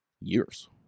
years